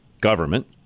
government